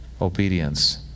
obedience